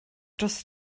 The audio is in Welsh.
dros